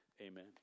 Amen